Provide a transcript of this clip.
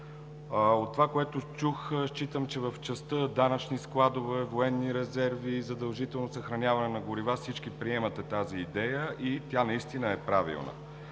От това, което чух, считам, че в частта данъчни складове, военни резерви, задължително съхраняване на горива – всички приемате тази идея, и тя наистина е правилна,